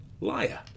liar